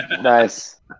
Nice